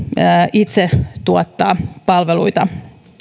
itse tuottaa palveluita